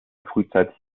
frühzeitig